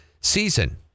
season